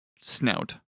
Snout